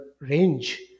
range